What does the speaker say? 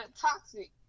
toxic